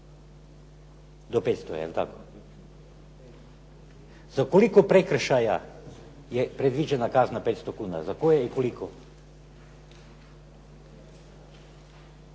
Do 500, je li tako? Za koliko prekršaja je predviđena kazna 500 kuna? Za koje i koliko?